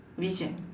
vision